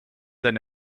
than